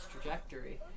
trajectory